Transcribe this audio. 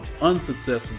unsuccessful